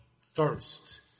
thirst